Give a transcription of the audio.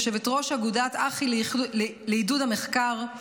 יושבת-ראש אגודת אח"י לעידוד המחקר,